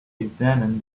examined